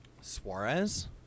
Suarez